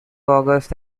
august